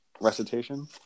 recitation